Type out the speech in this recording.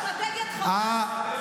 אתם מממשים את אסטרטגיית חמאס,